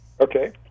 Okay